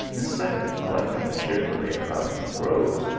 instead of fluttering cheer fully about the groves,